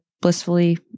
blissfully